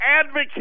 advocate